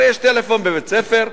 הרי יש טלפון בבית-הספר,